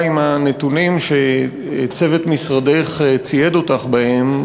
על הנתונים שצוות משרדך צייד אותך בהם,